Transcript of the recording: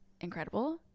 incredible